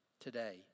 today